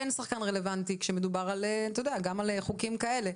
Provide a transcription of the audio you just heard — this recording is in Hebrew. כן שחקן רלוונטי כשמדובר על אתה יודע גם על חוקים כאלה.